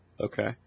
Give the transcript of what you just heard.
Okay